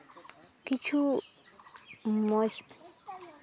ᱠᱤᱪᱷᱩ ᱢᱚᱡᱽ